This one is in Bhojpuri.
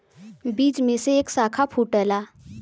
बीज में से एक साखा फूटला